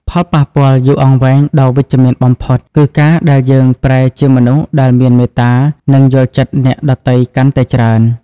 ផលប៉ះពាល់យូរអង្វែងដ៏វិជ្ជមានបំផុត គឺការដែលយើងប្រែជាមនុស្សដែលមានមេត្តា និងយល់ចិត្តអ្នកដទៃកាន់តែច្រើន។